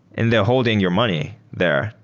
and they're holding your money there.